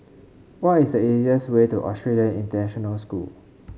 what is the easiest way to Australian International School